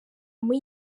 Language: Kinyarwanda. muri